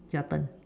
your turn